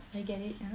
I get it